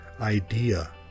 idea